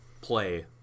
play